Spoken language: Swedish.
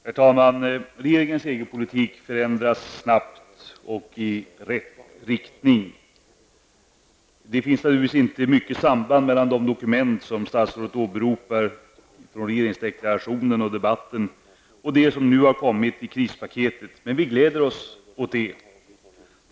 Herr talman! Regeringens EG-politik förändras snabbt och i rätt riktning. Det finns naturligtvis inte mycket samband mellan de dokument som statsrådet åberopar, å ena sidan regeringsdeklarationen och det som sades i riksdagens Europadebatt och å andra sidan det som nu har kommit i krispaketet, men vi gläder oss åt det.